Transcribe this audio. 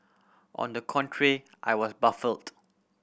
on the contrary I was baffled